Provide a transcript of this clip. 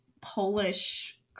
Polish